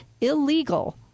illegal